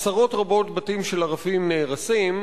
עשרות רבות, בתים של ערבים נהרסים,